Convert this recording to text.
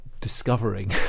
discovering